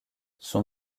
son